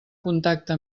contacte